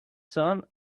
son